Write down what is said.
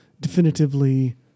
definitively